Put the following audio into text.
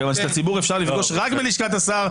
כיוון שאת הציבור אפשר לפגוש רק בלשכת השר,